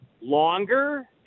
longer